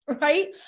Right